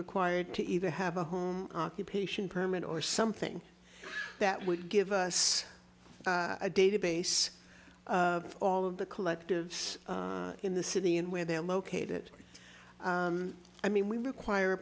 required to either have a home occupation permit or something that would give us a database of all of the collectives in the city and where they're located i mean we require a